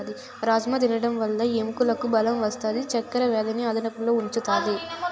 రాజ్మ తినడం వల్ల ఎముకలకు బలం వస్తాది, చక్కర వ్యాధిని అదుపులో ఉంచుతాది